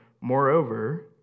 Moreover